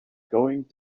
going